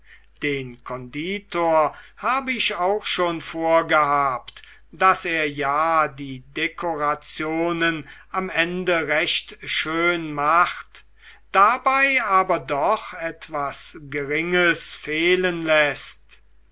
den konditor habe ich auch schon vorgehabt daß er ja die dekorationen am ende recht schön macht dabei aber doch etwas geringes fehlen läßt